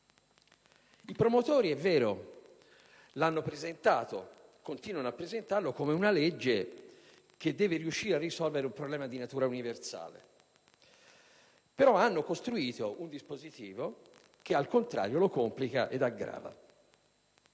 I promotori, è vero, l'hanno presentato e continuano a presentarlo come un provvedimento che deve riuscire a risolvere un problema di natura universale, però hanno costruito un dispositivo che, al contrario, lo complica ed aggrava.